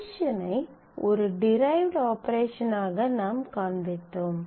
division ஐ ஒரு derived ஆபரேஷனாக நாம் காண்பித்தோம்